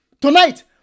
tonight